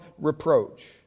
reproach